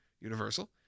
Universal